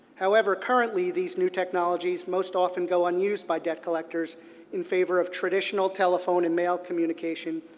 however, currently, these new technologies most often go unused by debt collectors in favor of traditional telephone and mail communication,